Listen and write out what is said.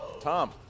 Tom